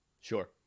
Sure